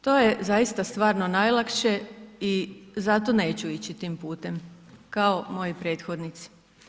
To je zaista stvarno najlakše i zato neću ići tim putem kao moji prethodnici.